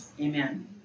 Amen